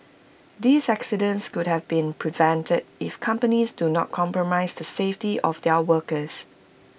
these accidents could have been prevented if companies do not compromise the safety of their workers